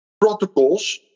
protocols